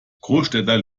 großstädter